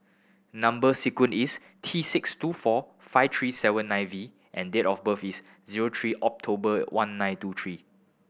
number sequence is T six two four five three seven nine V and date of birth is zero three October one nine two three